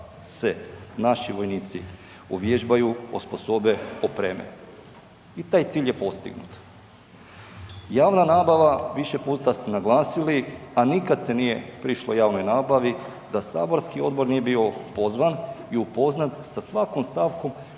naši vojnici uvježbaju, osposobe, opreme. I taj cilj je postignut. Javna nabava, više puta ste naglasili, a nikad se nije prišlo javnoj nabavi da saborski odbor nije bio pozvan i upoznat sa svakom stavkom